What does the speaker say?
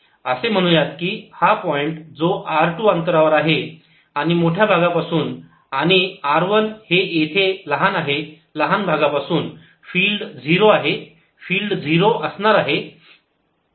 असे म्हणू यात की हा पॉईंट जो हा r 2 अंतरावर आहे या मोठ्या भागापासून आणि r 1 येथे आहे लहान भागापासून फिल्ड 0 आहे फिल्ड 0 असणार आहे